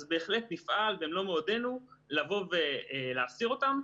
אז בהחלט נפעל במלוא מאודנו לבוא להסיר אותם.